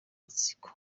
matsiko